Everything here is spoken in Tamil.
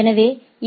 எனவே எ